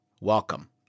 Welcome